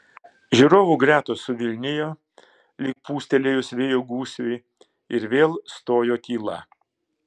žiūrovų gretos suvilnijo lyg pūstelėjus vėjo gūsiui ir vėl stojo tyla